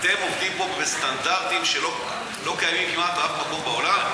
אתם עובדים פה בסטנדרטים שלא קיימים כמעט באף מקום בעולם.